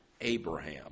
Abraham